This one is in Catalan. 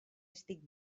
estic